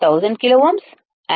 సరైనది